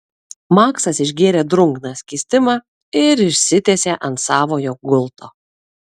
maksas išgėrė drungną skystimą ir išsitiesė ant savojo gulto